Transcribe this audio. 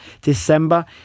December